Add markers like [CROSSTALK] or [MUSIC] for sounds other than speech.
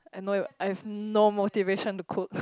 I no I have no motivation to cook [BREATH]